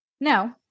No